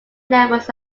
levels